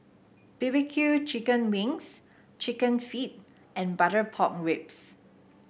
B B Q Chicken Wings chicken feet and Butter Pork Ribs